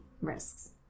risks